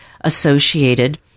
associated